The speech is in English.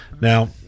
Now